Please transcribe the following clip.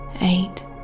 Eight